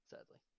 Sadly